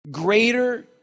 Greater